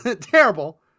terrible